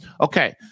Okay